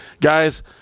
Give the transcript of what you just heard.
guys